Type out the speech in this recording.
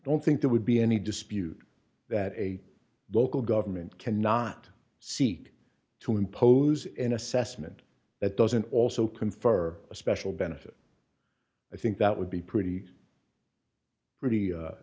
don't think there would be any dispute that a local government cannot seek to impose an assessment that doesn't also confer a special benefit i think that would be pretty p